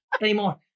anymore